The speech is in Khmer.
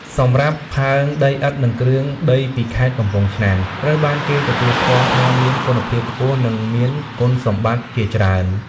សម្រាប់ផើងដីឥដ្ឋ និងគ្រឿងដីពីខេត្តកំពង់ឆ្នាំង ត្រូវបានគេទទួលស្គាល់ថាមានគុណភាពខ្ពស់ និងមានគុណសម្បត្តិជាច្រើន។